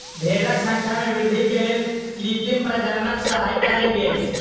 भेड़क संख्या में वृद्धि के लेल कृत्रिम प्रजननक सहयता लेल गेल